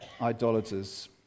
idolaters